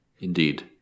Indeed